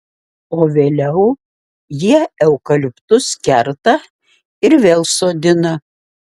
o vėliau jie eukaliptus kerta ir vėl sodina